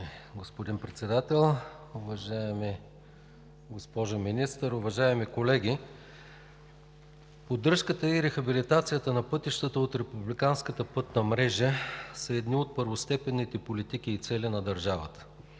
господин Председател. Уважаема госпожо Министър, уважаеми колеги! Поддръжката и рехабилитацията на пътищата от републиканската пътна мрежа са едни от първостепенните политики и цели на държавата.